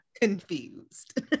confused